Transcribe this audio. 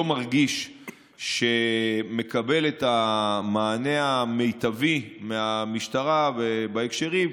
מרגיש שמקבל את המענה המיטבי מהמשטרה ובהקשרים,